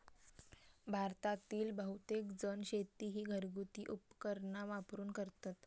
भारतातील बहुतेकजण शेती ही घरगुती उपकरणा वापरून करतत